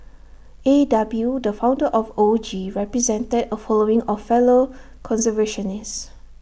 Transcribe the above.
A W the founder of O G represented A following of fellow conservationists